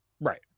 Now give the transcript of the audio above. Right